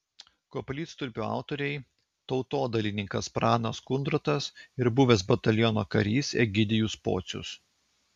koplytstulpio autoriai tautodailininkas pranas kundrotas ir buvęs bataliono karys egidijus pocius